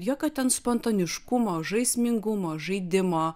jokio ten spontaniškumo žaismingumo žaidimo